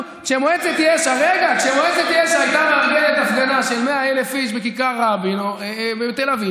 כשמועצת יש"ע הייתה מארגנת הפגנה של 100,000 איש בכיכר רבין בתל אביב,